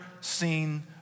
seen